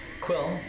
Quill